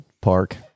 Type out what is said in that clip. park